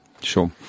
Sure